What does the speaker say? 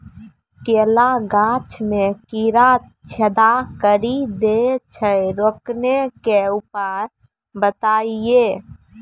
केला गाछ मे कीड़ा छेदा कड़ी दे छ रोकने के उपाय बताइए?